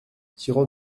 tirant